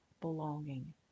belonging